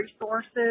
resources